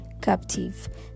captive